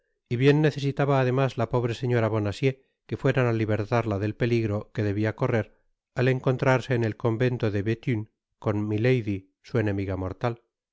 y bien necesitaba además la pobre señora bonacieux que fueran á libertarla del peligro que debia correr al encontrarse en el convento de bethune con milady su enemiga mortal